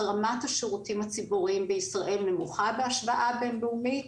רמת השירותים הציבוריים בישראל נמוכה בהשוואה בינלאומית,